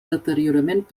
deteriorament